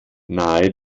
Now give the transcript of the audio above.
nahe